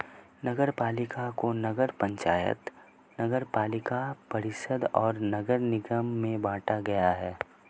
नगरपालिका को नगर पंचायत, नगरपालिका परिषद और नगर निगम में बांटा गया है